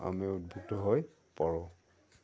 আমি উদ্ভুক্ত হৈ পৰোঁ